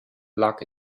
lag